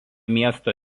miesto